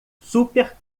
super